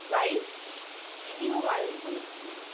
guide তিনিও বারণ করেছিলেন